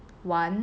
one